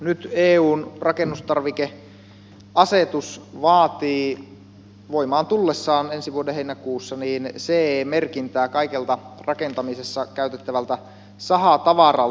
nyt eun rakennustarvikeasetus vaatii voimaan tullessaan ensi vuoden heinäkuussa ce merkintää kaikelta rakentamisessa käytettävältä sahatavaralta